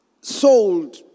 sold